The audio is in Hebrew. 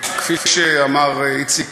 כפי שאמר איציק,